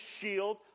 shield